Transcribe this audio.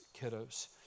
kiddos